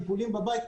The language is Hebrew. טיפולים בבית.